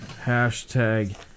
Hashtag